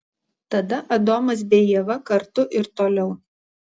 tada adomas bei ieva kartu ir toliau